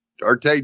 Darte